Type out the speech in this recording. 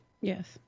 Yes